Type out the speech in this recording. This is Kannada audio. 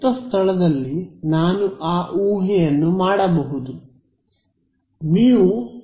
ಆದ್ದರಿಂದ ಮುಕ್ತ ಸ್ಥಳದಲ್ಲಿ ನಾನು ಆ ಊಹೆಯನ್ನು ಮಾಡಬಹುದು